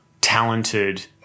talented